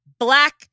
Black